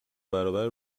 برابر